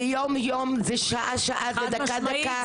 זה יום יום, זה שעה שעה, זה דקה דקה.